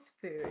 food